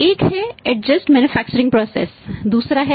एक हैएडजस्ट manufacturing process है